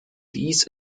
dies